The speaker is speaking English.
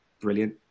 brilliant